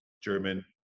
German